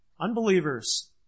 Unbelievers